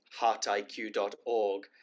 heartiq.org